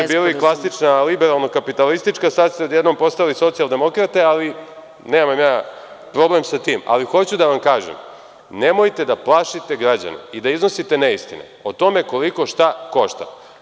Do juče ste bili klasična liberalno-kapitalistička, a sada ste odjednom postali socijaldemokrate i nemam ja problem sa tim, ali hoću da vam kažem nemojte da plašite građane i da iznosite neistine o tome koliko šta košta.